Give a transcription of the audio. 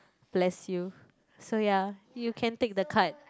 bless you so ya you can take the card